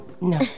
No